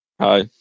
Hi